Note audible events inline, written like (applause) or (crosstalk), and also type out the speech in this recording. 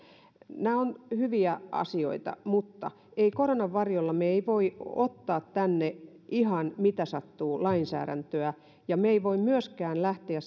nämä ovat hyviä asioita mutta koronan varjolla me emme voi ottaa tänne ihan mitä sattuu lainsäädäntöä ja emme voi myöskään lähteä (unintelligible)